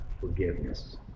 forgiveness